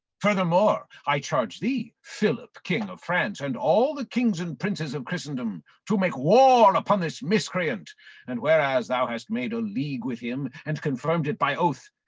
furthermore, i charge thee, philip king of france, and all the kings and princes of christendom, to make war upon this miscreant and whereas thou hast made a league with him, and confirmed it by oath,